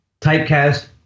typecast